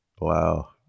wow